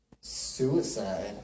Suicide